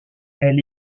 elle